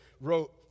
wrote